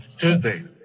tuesday